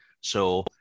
So-